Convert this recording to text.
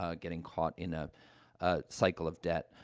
ah getting caught in a a cycle of debt.